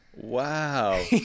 Wow